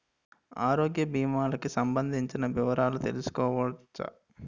ఆరోగ్య భీమాలకి సంబందించిన వివరాలు తెలుసుకోవచ్చా?